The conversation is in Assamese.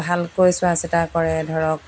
ভালকৈ চোৱা চিতা কৰে ধৰক